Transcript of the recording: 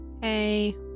hey